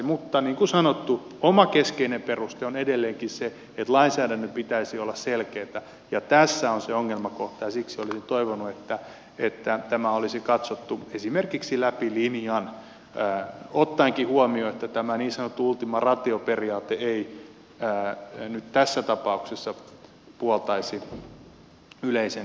mutta niin kuin sanottu oma keskeinen peruste on edelleenkin se että lainsäädännön pitäisi olla selkeätä ja tässä on se ongelmakohta ja siksi olisin toivonut että tämä olisi katsottu esimerkiksi läpi linjan ottaenkin huomioon että tämä niin sanottu ultima ratio periaate ei nyt tässä tapauksessa puoltaisi yleisen